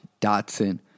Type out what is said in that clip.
Dotson